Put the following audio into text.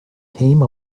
came